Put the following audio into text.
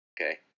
Okay